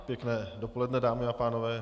Pěkné dopoledne, dámy a pánové.